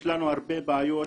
יש לנו הרבה בעיות